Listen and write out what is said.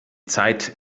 zeit